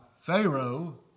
Pharaoh